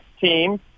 team